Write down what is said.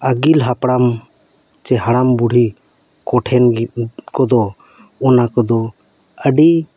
ᱟᱹᱜᱤᱞ ᱦᱟᱯᱲᱟᱢ ᱪᱮ ᱦᱟᱲᱟᱢ ᱵᱩᱲᱦᱤ ᱠᱚᱴᱷᱮᱱ ᱜᱮ ᱠᱚᱫᱚ ᱚᱱᱟ ᱠᱚᱫᱚ ᱟᱹᱰᱤ